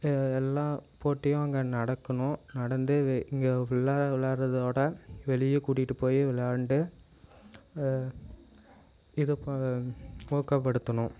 எல்லாம் போட்டியும் அங்கே நடக்கணும் நடந்து இது இங்கே உள்ளார விளாடுறதோட வெளியே கூட்டிகிட்டு போய் விளையாண்டு இதை இப்போ ஊக்கப்படுத்தணும்